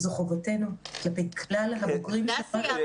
זאת חובתנו לגבי הכלל הבוגרים --- דסי,